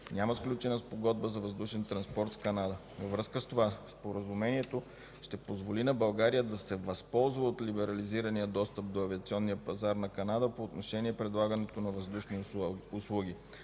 няма сключена спогодба за въздушен транспорт с Канада. Във връзка с това споразумението ще позволи на България да се възползва от либерализирания достъп до авиационния пазар на Канада по отношение предлагането на въздушни услуги.